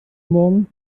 morgen